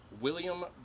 William